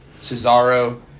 Cesaro